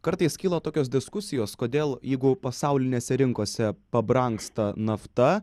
kartais kyla tokios diskusijos kodėl jeigu pasaulinėse rinkose pabrangsta nafta